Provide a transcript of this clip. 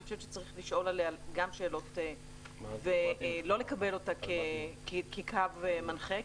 אני חושבת שצריך לשאול עליה גם שאלות ולא לקבל אותה כקו מנחה.